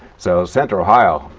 so central ohio,